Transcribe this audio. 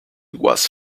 was